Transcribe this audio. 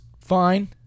fine